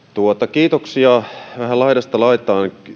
kiitoksia vähän laidasta laitaan